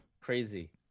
Crazy